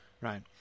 right